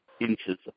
inches